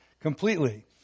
completely